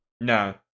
No